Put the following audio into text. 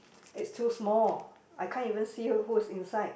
it's too small I can't even who who is inside